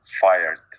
fired